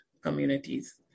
communities